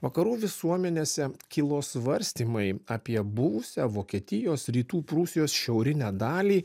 vakarų visuomenėse kilo svarstymai apie buvusią vokietijos rytų prūsijos šiaurinę dalį